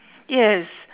yes